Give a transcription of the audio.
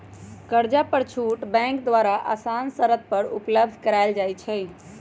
कर्जा पर छुट बैंक द्वारा असान शरत पर उपलब्ध करायल जाइ छइ